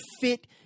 fit